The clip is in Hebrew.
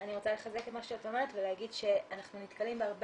אני רוצה לחזק את מה שאת אומרת ולהגיד